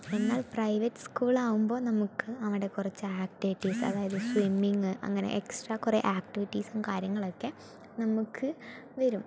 എന്നാൽ private school ആകുമ്പോൾ നമുക്ക് അവിടെ കുറച്ച് ആക്ടിവിറ്റീസ് അതായത് സ്വിമ്മിങ് അങ്ങനെ എക്സ്ട്രാ കുറേ ആക്ടിവിറ്റീസും കാര്യങ്ങളൊക്കെ നമുക്ക് വരും